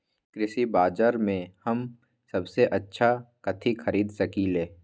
कृषि बाजर में हम सबसे अच्छा कथि खरीद सकींले?